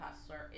hustler